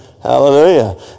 Hallelujah